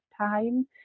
time